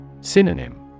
Synonym